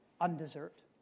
undeserved